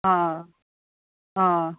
অ অ